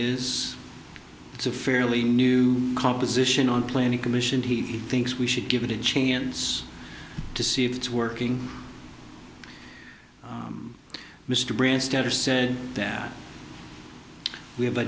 is it's a fairly new composition on planning commission he thinks we should give it a chance to see if it's working mr branstad or said that we have a